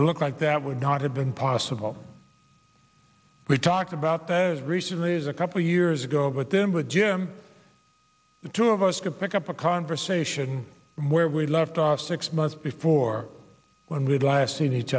i look like that would not have been possible we talked about that as recently as a couple years ago but then with jim the two of us could pick up a conversation where we left off six months before when we last seen each